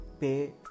pay